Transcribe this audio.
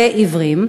ועיוורים,